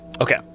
Okay